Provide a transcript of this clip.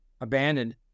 abandoned